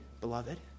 beloved